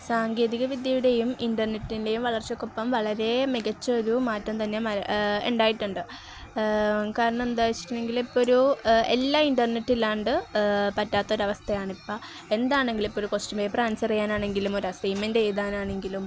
സാങ്കേതികവിദ്യയുടെയും ഇന്റർനെറ്റിൻ്റെയും വളർച്ചയ്ക്കൊപ്പം വളരെ മികച്ചൊരു മാറ്റം തന്നെ ഉണ്ടായിട്ടുണ്ട് കാരണം എന്താണെന്നു വച്ചിട്ടുണ്ടെങ്കില് ഇപ്പോഴൊരു എല്ലാ ഇന്റർനെറ്റ് ഇല്ലാണ്ട് പറ്റാത്തൊരവസ്ഥയാണ് ഇപ്പോള് എന്താണേലും ഇപ്പോള് ക്വസ്റ്റൻ പേപ്പർ ആൻസർ ചെയ്യാനാണെങ്കിലും ഒരു അസൈൻമെന്റ് എഴുതാനാണെങ്കിലും